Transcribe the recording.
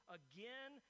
again